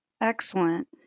Excellent